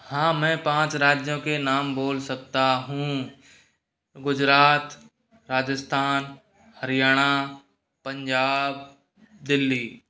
हाँ मैं पांच राज्यों के नाम बोल सकता हूँ गुजरात राजस्थान हरियाणा पंजाब दिल्ली